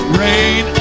rain